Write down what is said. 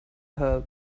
her